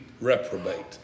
reprobate